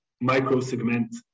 micro-segment